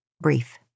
brief